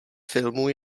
filmu